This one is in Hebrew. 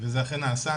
וזה אכן נעשה.